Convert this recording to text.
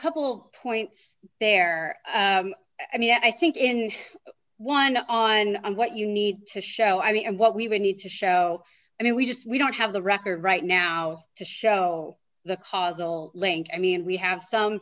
couple of points there i mean i think in one on one what you need to show id and what we would need to show i mean we just we don't have the record right now to show the causal link i mean we have some